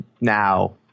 now